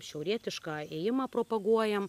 šiaurietišką ėjimą propaguojam